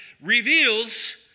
reveals